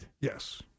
Yes